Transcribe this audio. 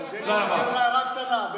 אבל תרשה לי הערה קטנה.